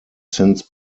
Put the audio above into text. since